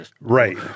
Right